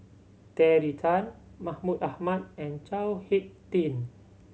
Terry Tan Mahmud Ahmad and Chao Hick Tin